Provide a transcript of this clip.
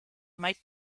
might